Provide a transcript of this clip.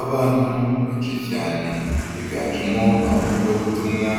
Abantu benshi cyane biganjemo abavugabutumwa